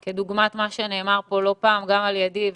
כדוגמת מה שנאמר פה לא פעם גם על ידי,